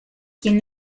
quien